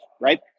right